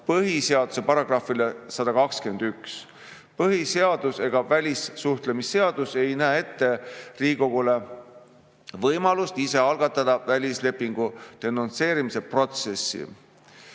põhiseaduse §‑le 121. Põhiseadus ega välissuhtlemisseadus ei näe Riigikogule ette võimalust ise algatada välislepingu denonsseerimise protsessi.